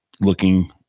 looking